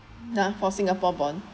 done for singapore bond